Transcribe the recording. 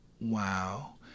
wow